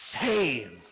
save